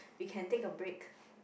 you can take a break